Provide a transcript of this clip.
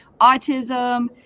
Autism